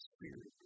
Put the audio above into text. Spirit